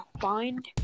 find